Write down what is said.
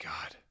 God